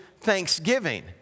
thanksgiving